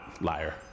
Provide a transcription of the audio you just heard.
liar